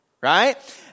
right